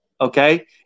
Okay